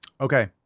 Okay